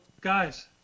guys